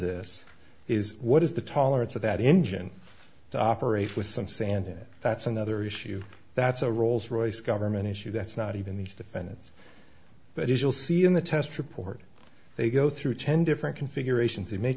this is what is the tolerance of that engine to operate with some sand and that's another issue that's a rolls royce government issue that's not even the defendants but as you'll see in the test report they go through ten different configuration to make